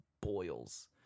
boils